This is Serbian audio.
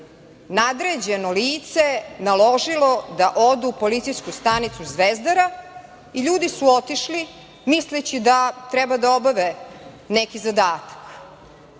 nadređeno lice naložilo da odu u policijsku stanicu Zvezdara i ljudi su otišli, misleći da treba da obave neki zadatak.